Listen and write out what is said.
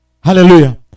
Hallelujah